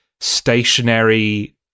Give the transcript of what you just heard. stationary